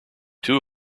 two